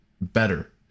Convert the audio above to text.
better